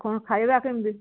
କ'ଣ ଖାଇବା କେମିତି